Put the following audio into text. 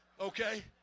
okay